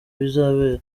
bizabera